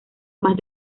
más